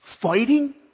fighting